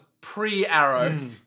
pre-arrow